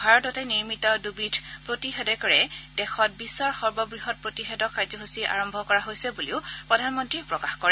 ভাৰততে এই নিৰ্মিত দুবিধ প্ৰতিষেধকে দেশত বিশ্বৰ সৰ্ববহং প্ৰতিষেধক কাৰ্যসূচী আৰম্ভ হৈছে বুলিও প্ৰধানমন্ত্ৰীয়ে প্ৰকাশ কৰে